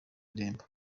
irembo